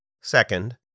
Second